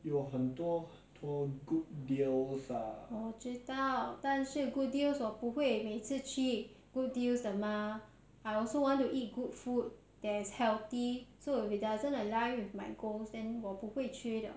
我知道但是 good deals 我不会每次去 good deals 的吗 I also want to eat good food that's healthy so if it doesn't align with my goals then 我不会吃的